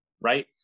right